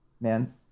man